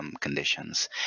conditions